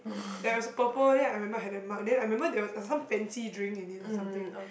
ya it was a purple then I remember I had that mug then I remember there was a some fancy drink in it or something